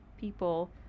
people